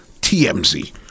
TMZ